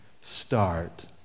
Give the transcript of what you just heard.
start